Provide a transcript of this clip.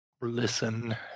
listen